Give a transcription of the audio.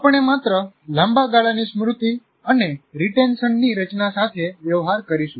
અમે માત્ર લાંબા ગાળાની સ્મૃતિ અને રીટેન્શનની રચના સાથે વ્યવહાર કરીશું